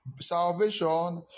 Salvation